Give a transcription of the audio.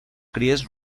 cries